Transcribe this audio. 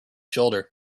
shoulder